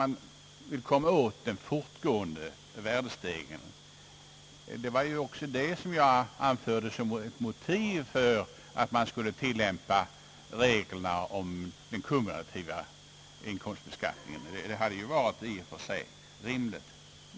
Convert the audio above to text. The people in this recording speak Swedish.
Man vill komma åt den fortgående värdestegringen, och det var också det motiv jag anförde för att man borde tillämpa regeln om den ackumulativa inkomstbeskattningen. Det hade ju varit i och för sig rimligt.